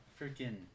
Freaking